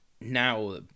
now